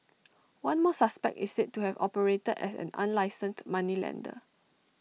one more suspect is said to have operated as an unlicensed moneylender